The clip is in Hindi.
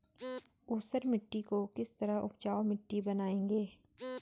ऊसर मिट्टी को किस तरह उपजाऊ मिट्टी बनाएंगे?